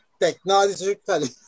technologically